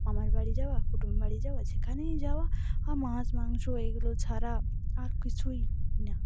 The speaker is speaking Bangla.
মামার বাড়ি যাওয়া কুটুম্ব বাড়ি যাওয়া যেখানেই যাওয়া আ মাছ মাংস এগুলো ছাড়া আর কিছুই না